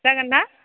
जागोन ना